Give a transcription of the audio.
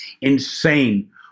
insane